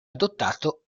adottato